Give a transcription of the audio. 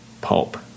pulp